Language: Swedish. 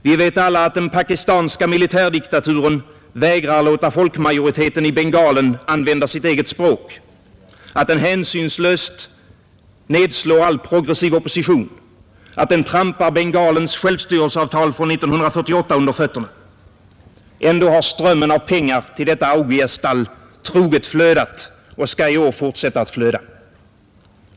Vi vet också att den pakistanska militärdiktaturen vägrar att låta folkmajoriteten i Bengalen använda sitt eget språk, att den hänsynslöst slår ned all progressiv opposition, att den trampar Bengalens självstyrelseavtal från 1948 under fötterna. Och ändå har strömmen av pengar till detta augiasstall troget flödat, och skall i år fortsätta att flöda.